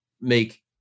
make